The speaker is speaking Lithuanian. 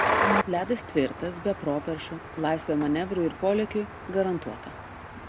ledas tvirtas be properšų laisvė manevrui ir polėkiui garantuota